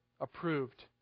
approved